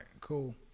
Cool